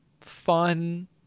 fun